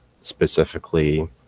specifically